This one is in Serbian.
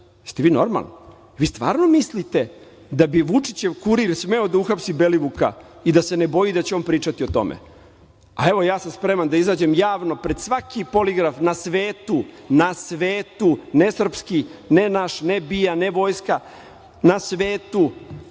li vi normalni? Vi stvarno mislite da bi Vučićev kurir smeo da uhapsi Belivuka i da se ne boji da će on pričati o tome? Evo, ja sam spreman da izađem javno pred svaki poligraf na svetu, na svetu, ne srpski, ne naš, ne BIA, ne vojska, na svetu,